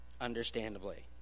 Understandably